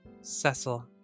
Cecil